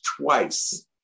twice